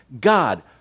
God